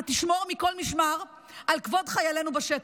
אתה תשמור מכל משמר על כבוד חיילינו בשטח.